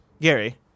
Gary